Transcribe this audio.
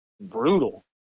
Brutal